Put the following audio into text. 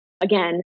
again